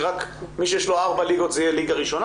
שמי שיש לו ארבע ליגות זה יהיה ליגה ראשונה,